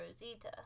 rosita